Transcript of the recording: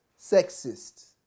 sexist